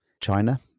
China